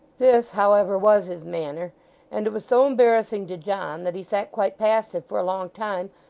this, however, was his manner and it was so embarrassing to john that he sat quite passive for a long time,